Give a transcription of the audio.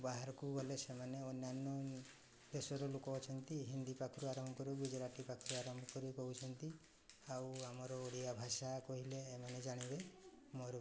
ବାହାରକୁ ଗଲେ ସେମାନେ ଅନ୍ୟାନ୍ୟ ଦେଶର ଲୋକ ଅଛନ୍ତି ହିନ୍ଦୀ ପାଖରୁ ଆରମ୍ଭ କରି ଗୁଜୁରାଟୀ ପାଖରୁ ଆରମ୍ଭ କରି କହୁଛନ୍ତି ଆଉ ଆମର ଓଡ଼ିଆ ଭାଷା କହିଲେ ଏମାନେ ଜାଣିବେ ମରୁ